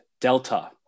Delta